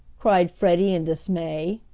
cried freddie, in dismay.